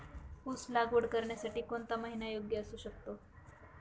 ऊस लागवड करण्यासाठी कोणता महिना योग्य असू शकतो?